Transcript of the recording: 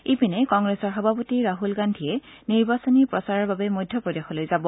ইপিনে কংগ্ৰেছৰ সভাপতি ৰাহুল গান্ধীয়ে নিৰ্বাচনী প্ৰচাৰৰ বাবে মধ্য প্ৰদেশলৈ যাব